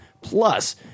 plus